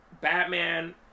Batman